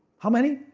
how many?